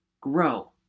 Grow